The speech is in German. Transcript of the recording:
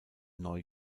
neu